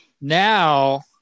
Now